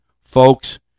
Folks